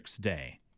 Day